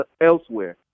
elsewhere